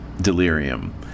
delirium